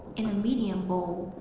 in a medium bowl,